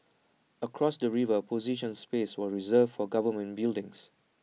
across the river A portion space was reserved for government buildings